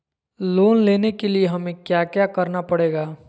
Loan लेने के लिए हमें क्या क्या करना पड़ेगा?